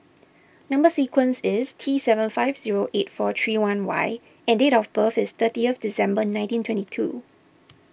Number Sequence is T seven five zero eight four three one Y and date of birth is thirtieth December nineteen twenty two